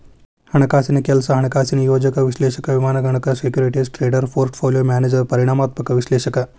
ಹಣಕಾಸಿನ್ ಕೆಲ್ಸ ಹಣಕಾಸಿನ ಯೋಜಕ ವಿಶ್ಲೇಷಕ ವಿಮಾಗಣಕ ಸೆಕ್ಯೂರಿಟೇಸ್ ಟ್ರೇಡರ್ ಪೋರ್ಟ್ಪೋಲಿಯೋ ಮ್ಯಾನೇಜರ್ ಪರಿಮಾಣಾತ್ಮಕ ವಿಶ್ಲೇಷಕ